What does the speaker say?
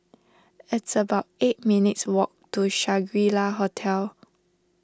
it's about eight minutes' walk to Shangri La Hotel